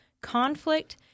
conflict